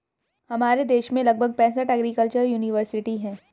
हमारे देश में लगभग पैंसठ एग्रीकल्चर युनिवर्सिटी है